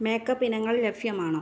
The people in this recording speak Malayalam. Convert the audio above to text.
മേക്കപ്പ് ഇനങ്ങൾ ലഭ്യമാണോ